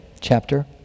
chapter